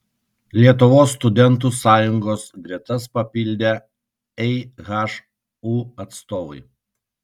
lietuvos studentų sąjungos gretas papildė ehu atstovai